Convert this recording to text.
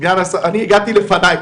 אני הגעתי לפנייך.